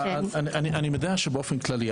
אני יודע שבאופן כללי,